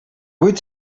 would